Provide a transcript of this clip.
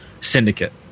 syndicate